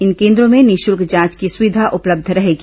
इन केन्द्रों में निःशल्क जांच की सुविधा उपलब्ध रहेगी